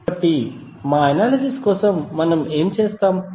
కాబట్టి మా అనాలిసిస్ కోసం మనము ఏమి చేస్తాము